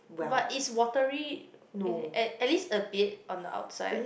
but it's watery at at least a bit on the outside